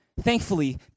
Thankfully